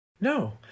No